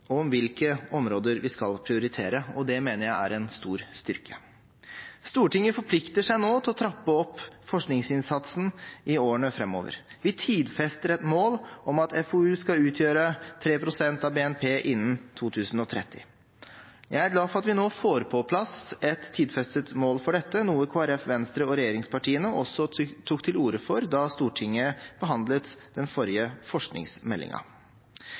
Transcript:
og om hvilke områder vi skal prioritere, og det mener jeg er en stor styrke. Stortinget forplikter seg nå til å trappe opp forskningsinnsatsen i årene framover. Vi tidfester et mål om at FoU skal utgjøre 3 pst. av BNP innen 2030. Jeg er glad for at vi nå får på plass et tidfestet mål for dette, noe Kristelig Folkeparti, Venstre og regjeringspartiene også tok til orde for da Stortinget behandlet den forrige